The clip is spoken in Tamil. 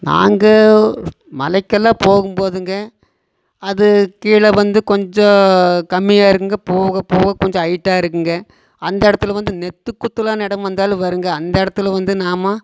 நாங்கள் மலைக்கெல்லாம் போகும் போதுங்க அது கீழே வந்து கொஞ்சம் கம்மியாக இருக்கும்ங்க போகப்போக கொஞ்சம் ஹைட்டாக இருக்கும்ங்க அந்த இடத்துல வந்து நெத்து குத்துலான இடம் வந்தாலும் வரும்ங்க அந்த இடத்துல வந்து நாம்